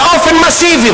באופן מסיבי.